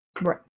Right